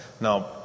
Now